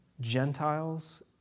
Gentiles